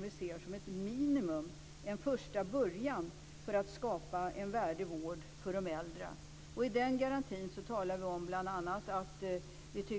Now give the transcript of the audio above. Vi ser den som ett minimum, en första början, för att skapa en värdig vård för de äldre. I den garantin anger